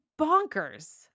bonkers